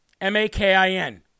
M-A-K-I-N